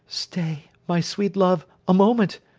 stay, my sweet love! a moment!